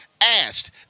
asked